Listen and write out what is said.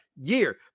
year